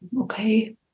okay